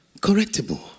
correctable